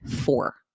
Four